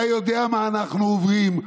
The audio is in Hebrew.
אתה יודע מה אנחנו עוברים,